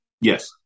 yes